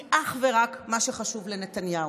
היא אך ורק מה שחשוב לנתניהו.